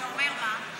שאומר מה?